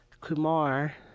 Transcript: Kumar